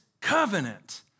covenant